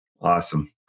Awesome